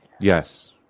Yes